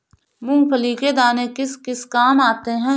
मूंगफली के दाने किस किस काम आते हैं?